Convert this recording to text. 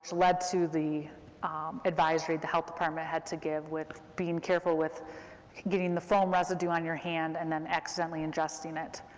led to the advisory the health department had to give with being careful with getting the foam residue on your hand, and then accidentally ingesting it.